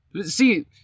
See